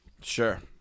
Sure